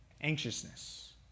anxiousness